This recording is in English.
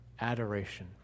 adoration